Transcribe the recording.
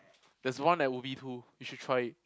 there's one at Ubi too you should try it